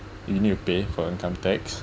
you need to pay for income tax